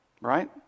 right